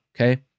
okay